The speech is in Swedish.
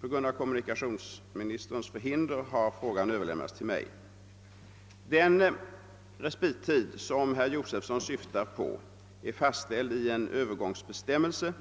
På grund av kommunikationsministerns förhinder har frågan överlämnats till mig. Den respittid herr Josefson syftar på är fastställd i en övergångsbestämmelse